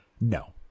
No